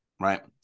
right